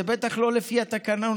זה בטח לא לפי התקנון,